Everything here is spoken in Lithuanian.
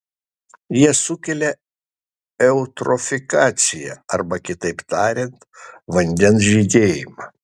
jie sukelia eutrofikaciją arba kitaip tariant vandens žydėjimą